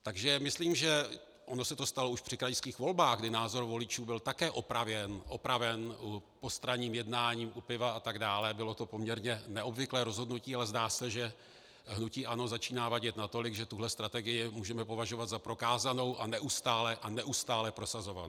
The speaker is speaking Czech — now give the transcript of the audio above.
Takže myslím, že ono se to stalo už při krajských volbách, kdy názor voličů byl také opraven postranním jednáním u piva atd., bylo to poměrně neobvyklé rozhodnutí, ale zdá se, že hnutí ANO začíná vadit natolik, že tuhle strategii můžeme považovat za prokázanou a neustále prosazovanou.